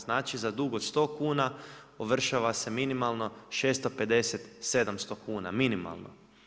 Znači za dug od 100 kuna ovršava se minimalno 650, 700 kuna minimalno.